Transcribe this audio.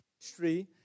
history